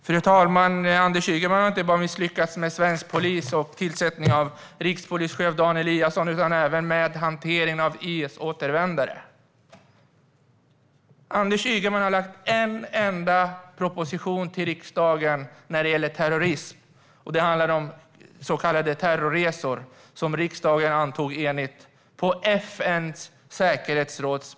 Fru talman! Anders Ygeman har inte bara misslyckats med svensk polis och tillsättningen av rikspolischefen Dan Eliasson utan även med hanteringen av IS-återvändare. Anders Ygeman har till riksdagen lagt fram en enda proposition om terrorism, och den handlade om så kallade terrorresor. Detta antog riksdagen på begäran och uppmaning av FN:s säkerhetsråd.